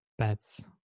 pets